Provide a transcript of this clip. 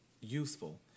useful